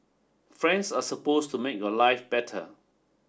friends are supposed to make your life better